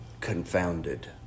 confounded